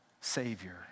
Savior